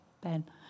Ben